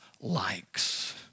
likes